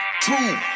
two